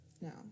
No